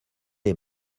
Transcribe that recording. les